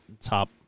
top